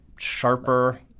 Sharper